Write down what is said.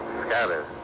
Scattered